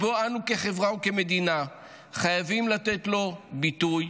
ואנו כחברה וכמדינה חייבים לתת לו ביטוי